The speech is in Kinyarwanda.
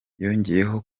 yongeyeho